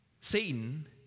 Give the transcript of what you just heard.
Satan